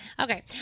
okay